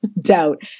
Doubt